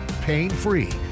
pain-free